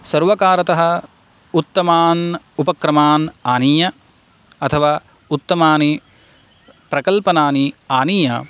सर्वकारतः उत्तमान् उपक्रमान् आनीय अथवा उत्तमानि प्रकल्पनानि आनीय